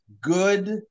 Good